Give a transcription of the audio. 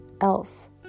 else